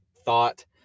Thought